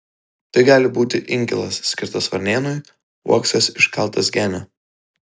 tai gali būti inkilas skirtas varnėnui uoksas iškaltas genio